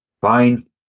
Fine